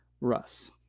russ